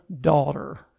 daughter